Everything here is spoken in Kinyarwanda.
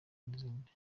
n’izindi